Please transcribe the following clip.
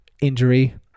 injury